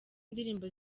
ndirimbo